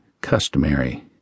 customary